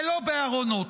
ולא בארונות.